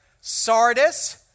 Sardis